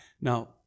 Now